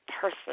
person